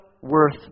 worth